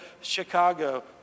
Chicago